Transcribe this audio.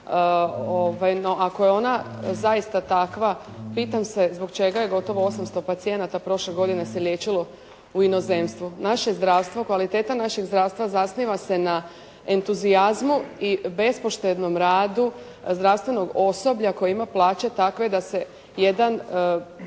ako je ona zaista takva, pitam se zbog čega je gotovo 800 pacijenata prošle godine se liječilo u inozemstvu. Naše zdravstvo, kvaliteta našeg zdravstva zasniva se na entuzijazmu i bespoštednom radu zdravstvenog osoblja koje ima plaće takve da se jedan